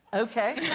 okay